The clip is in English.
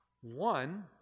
one